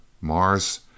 Mars